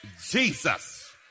Jesus